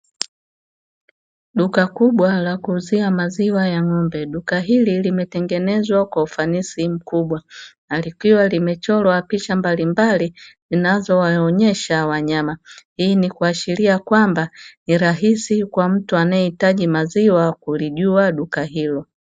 Duka kubwa la kuuzia maziwa ya ng'ombe, duka hili limetengenezwa kwa ufanisi mkubwa, Na likiwa limechorwa picha mbalimbali zinazowaonyesha wanyama. Hii ni kuashiria kwamba ni rahisi kwa mtu anayehitaji maziwa ulijua duka hilo.